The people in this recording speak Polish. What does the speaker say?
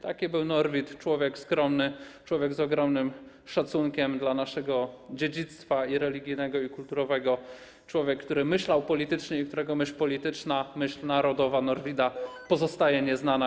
Taki był Norwid, człowiek skromny, człowiek z ogromnym szacunkiem dla naszego dziedzictwa i religijnego i kulturowego, człowiek, który myślał politycznie, którego myśl polityczna, myśl narodowa pozostaje nieznana.